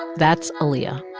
that's aaliyah